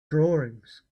drawings